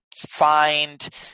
find